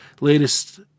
latest